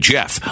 Jeff